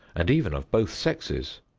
and even of both sexes.